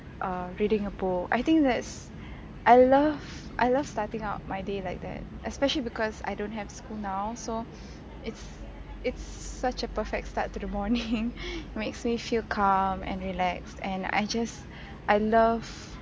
uh reading a book I think that's I love I love starting out my day like that especially because I don't have school now so it's it's such a perfect start to the morning makes me feel calm and relaxed and I just I love